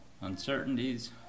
uncertainties